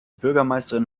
bürgermeisterin